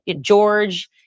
George